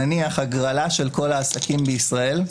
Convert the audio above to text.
נניח הגרלה של כל העסקים בישראל.